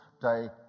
day